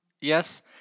Yes